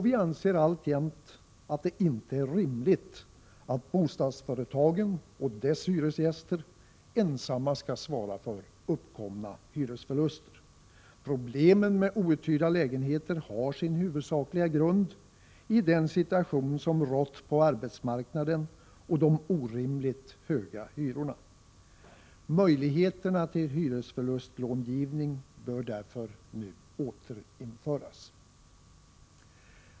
Vi anser alltjämt att det inte är rimligt att bostadsföretagen och deras hyresgäster ensamma skall svara för uppkomna hyresförluster. Problemen med outhyrda lägenheter har sin huvudsakliga grund i den situation som rått på arbetsmarknaden och i de orimligt höga hyrorna. Möjligheten till hyresförlustlångivning bör nu därför återinföras.